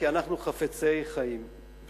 כי אנחנו חפצי חיים.